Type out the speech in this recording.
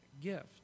gift